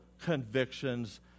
convictions